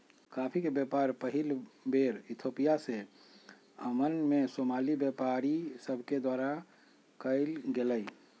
coffee के व्यापार पहिल बेर इथोपिया से यमन में सोमाली व्यापारि सभके द्वारा कयल गेलइ